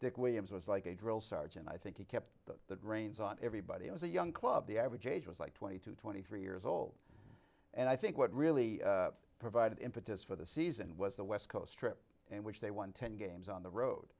dick williams was like a drill sergeant i think he kep the reigns on everybody it was a young club the average age was like twenty to twenty three years old and i think what really provided impetus for the season was the west coast trip which they won ten games on the road